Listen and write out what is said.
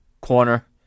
corner